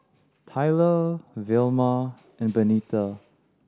Tyler Velma and Benita